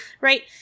right